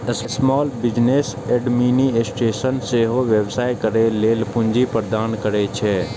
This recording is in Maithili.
स्माल बिजनेस एडमिनिस्टेशन सेहो व्यवसाय करै लेल पूंजी प्रदान करै छै